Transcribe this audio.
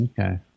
Okay